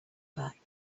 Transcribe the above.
back